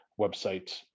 website